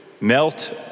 melt